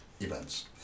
events